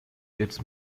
its